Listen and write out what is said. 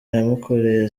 yamukoreye